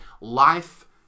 life